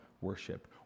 worship